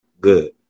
Good